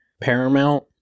Paramount